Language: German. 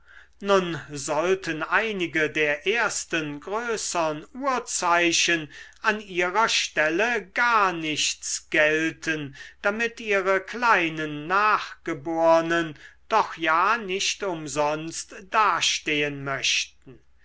nun sollten einige der ersten größern urzeichen an ihrer stelle gar nichts gelten damit ihre kleinen nachgebornen doch ja nicht umsonst dastehen möchten